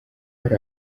hari